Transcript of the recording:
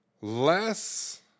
less